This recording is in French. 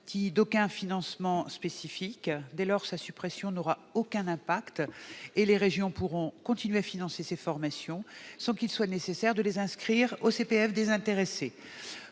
d'aucun financement spécifique. Dès lors, sa suppression n'aura aucun impact. Les régions pourront continuer à financer ces formations sans qu'il soit nécessaire de les inscrire au CPF des intéressés.